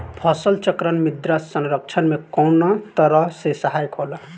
फसल चक्रण मृदा संरक्षण में कउना तरह से सहायक होला?